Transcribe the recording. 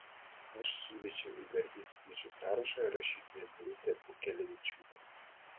aš siūlyčiau į garbės piliečių sąrašą rašytoją birutę pūkelevičiūtę